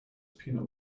peanut